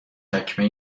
چکمه